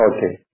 Okay